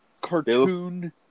cartoon